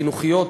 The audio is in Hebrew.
חינוכיות,